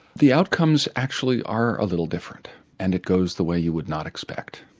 the outcomes actually are a little different and it goes the way you would not expect.